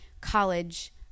college